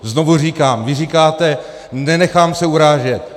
Znovu říkám vy říkáte: nenechám se urážet.